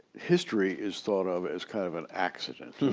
history is thought of as kind of an accident.